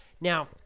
now